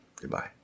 goodbye